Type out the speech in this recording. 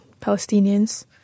Palestinians